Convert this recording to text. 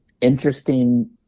interesting